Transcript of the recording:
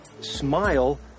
smile